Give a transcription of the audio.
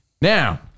now